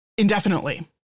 indefinitely